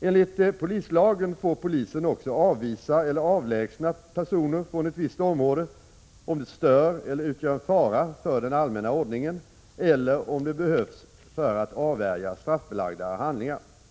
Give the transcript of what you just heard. Enligt polislagen får polisen också avvisa eller avlägsna personer från ett visst område, om de stör eller utgör en fara för den allmänna ordningen eller om det behövs för att avvärja straffbelagda handlingar.